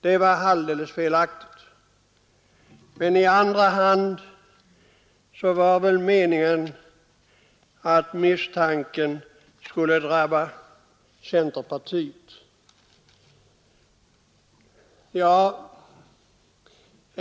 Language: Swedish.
Det var alldeles felaktigt. I andra hand var väl meningen att misstanken skulle drabba centerpartiet.